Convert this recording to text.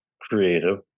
creative